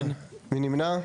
מי נמנע?